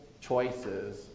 choices